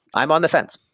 i'm on the fence,